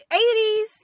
80s